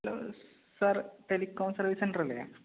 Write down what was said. hello sir telecom service centre അല്ലേ